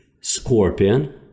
scorpion